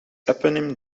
eponym